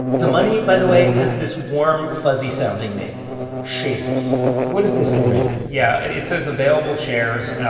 the money, by the way, has this warm, fuzzy-sounding name shares what does this say right here? yeah, it says available shares.